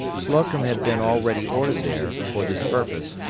slocum had been already ordered there, for this purpose,